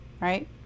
right